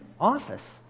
office